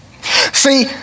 See